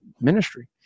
ministry